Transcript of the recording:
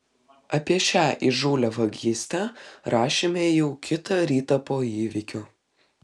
apie šią įžūlią vagystę rašėme jau kitą rytą po įvykio